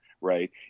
Right